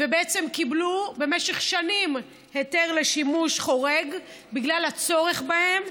ובעצם קיבלו במשך שנים היתר לשימוש חורג בגלל הצורך בהם,